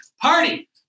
Party